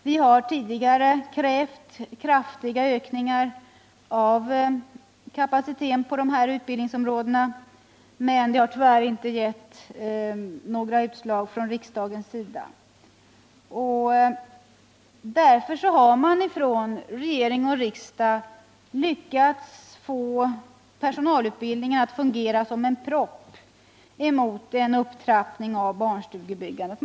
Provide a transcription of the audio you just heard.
Vi har tidigare krävt kraftiga ökningar av kapaciteten på dessa utbildningsområden, men det har tyvärr inte gett några utslag från riksdagens sida. Därmed har man från regering och riksdag lyckats få personalutbildningen att fungera som en propp mot en upptrappning av barnstugebyggandet.